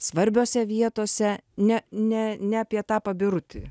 svarbiose vietose ne ne ne apie tą pabirutį